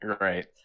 right